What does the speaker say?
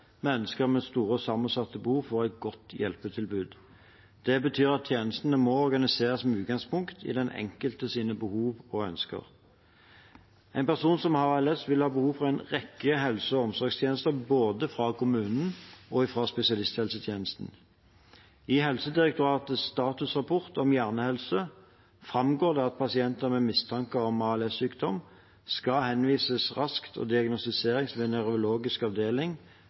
mennesker med store og sammensatte behov får et godt hjelpetilbud. Det betyr at tjenestene må organiseres med utgangspunkt i den enkeltes behov og ønsker. En person som har ALS, vil ha behov for en rekke helse- og omsorgstjenester både fra kommunen og fra spesialisthelsetjenesten. I Helsedirektoratets statusrapport om hjernehelse framgår det at pasienter med mistenkt ALS-sykdom skal henvises raskt og diagnostiseres ved nevrologisk avdeling